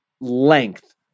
length